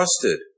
trusted